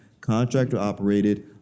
contractor-operated